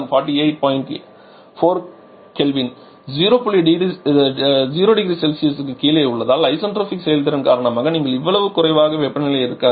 4 k 00C க்குக் கீழே உள்ளதால் ஐசென்ட்ரோபிக் செயல்திறன் காரணமாக நீங்கள் இவ்வளவு குறைவாக வெப்பநிலை இருக்காது